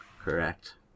correct